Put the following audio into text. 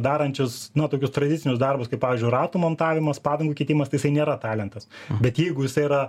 darančius nu tokius tradicinius darbus kaip pavyzdžiui ratų montavimas padangų keitimas tai jisai nėra talentas bet jeigu jisai yra